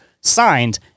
signed